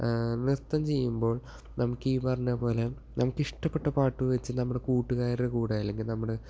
നൃത്തം ചെയ്യുമ്പോൾ നമുക്കീ പറഞ്ഞതു പോലെ നമുക്കിഷ്ടപ്പെട്ട പാട്ടു വെച്ച് നമ്മുടെ കൂട്ടുക്കാരുടെ കുടെ അല്ലെങ്കിൽ നമ്മുടെ